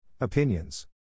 opinions